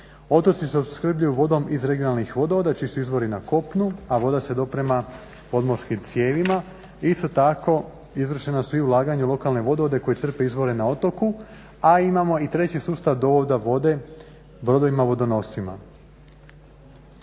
Otoci se opskrbljuju vodom iz regionalnih vodovoda čiji su izvori na kopnu, a voda se doprema podmorskim cijevima. Isto tako izvršena su i ulaganja u lokalne vodovode koji crpe izvore na otoku, a imamo i treći sustav dovoda vode brodovima vodonoscima.